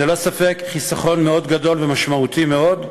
ללא ספק, זה חיסכון גדול מאוד ומשמעותי מאוד.